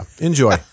enjoy